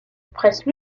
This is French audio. presse